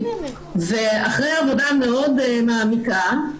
ואחרי עבודה מאוד מעמיקה,